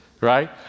right